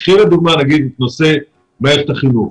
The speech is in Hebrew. קחי לדוגמה את נושא מערכת החינוך.